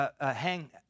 hang